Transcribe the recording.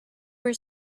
were